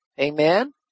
Amen